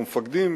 או מפקדים,